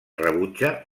rebutja